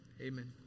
amen